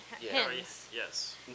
yes